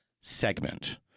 segment